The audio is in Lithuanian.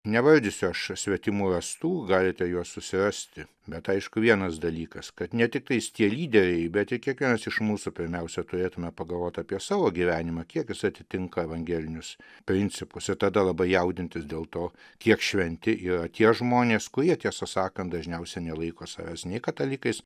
nevardysiu aš svetimų rastų galite juos susirasti bet aišku vienas dalykas kad ne tiktai tie lyderiai bet kiekvienas iš mūsų pirmiausia turėtume pagalvot apie savo gyvenimą kiek jis atitinka evangelinius principus ir tada labai jaudintis dėl to kiek šventi yra tie žmonės kurie tiesą sakant dažniausiai nelaiko savęs nei katalikais